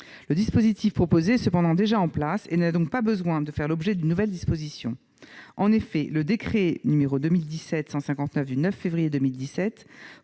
le dispositif proposé est déjà en place et n'a pas besoin de faire l'objet d'une nouvelle disposition. En effet, le décret n° 2017-159 du 9 février 2017